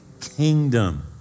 kingdom